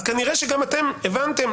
אז כנראה שגם אתם הבנתם,